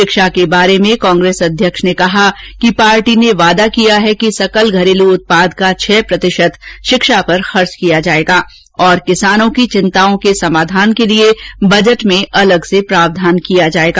शिक्षा के बारे में कांग्रेस अध्यक्ष ने कहा कि पार्टी ने वादा किया है कि सकल घरेलू उत्पाद का छह प्रतिशत शिक्षा पर खर्च किया जाएगा और किसानों की चिंताओं के समाधान के लिए बजट में अलग से प्रावधान किया जाएगा